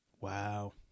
Wow